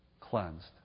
cleansed